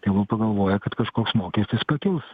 tegul pagalvoja kad kažkoks mokestis pakils